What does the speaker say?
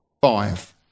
Five